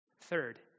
Third